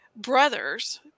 Brothers